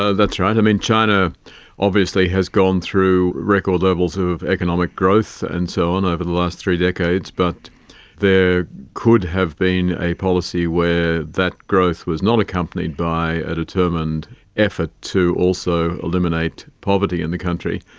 ah that's right. i mean, china obviously has gone through record levels of economic growth and so on over the last three decades, but there could have been a policy where that growth was not accompanied by a determined effort to also eliminate poverty in the country.